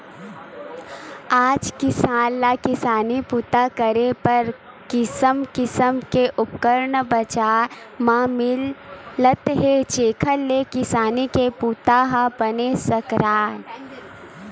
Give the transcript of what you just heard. आज किसान ल किसानी बूता करे बर किसम किसम के उपकरन बजार म मिलत हे जेखर ले किसानी के बूता ह बने सरकय